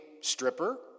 stripper